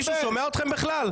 מישהו שומע אתכם בכלל?